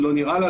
זה לא נראה לה,